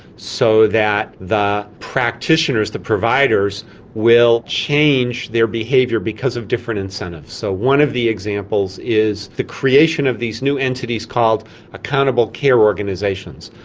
so that the practitioners, the providers will change their behaviour because of different incentives. so one of the examples is the creation of these new entities called accountable care organisations.